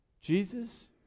Jesus